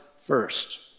first